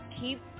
keep